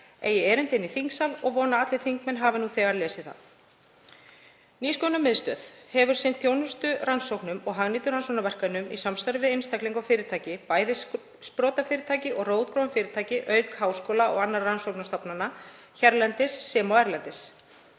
eigi erindi í þingsal og vona að allir þingmenn hafi nú þegar lesið það: „Nýsköpunarmiðstöð hefur sinnt þjónustu, rannsóknum og hagnýtum rannsóknarverkefnum í samstarfi við einstaklinga og fyrirtæki, bæði sprotafyrirtæki og rótgróin fyrirtæki auk háskóla og annarra rannsóknastofnana hérlendis sem og erlendis.